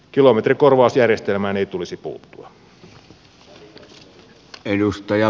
kilometrikorvausjärjestelmään ei tulisi puuttua